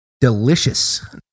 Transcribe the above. Delicious